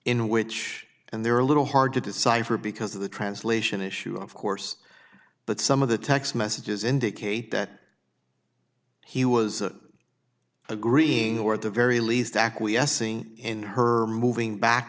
in which and they're a little hard to decipher because of the translation issue of course but some of the text messages indicate that he was agreeing or at the very least acquiescing in her moving back